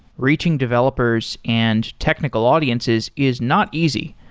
reaching developers and technical audiences is not easy,